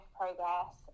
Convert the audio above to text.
progress